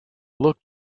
look